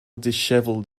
dishevelled